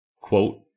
Quote